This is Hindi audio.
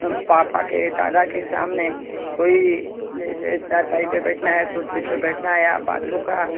पापा के दादा के सामने कोई जैसे चारपाई पर बैठना या कुर्सी पर बैठना है या बातों का